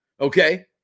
Okay